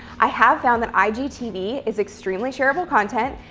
i have found that igtv is extremely shareable content,